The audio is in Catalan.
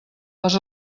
les